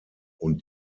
und